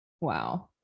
Wow